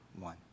one